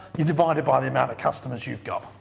you divide it by the amount of customers you've got.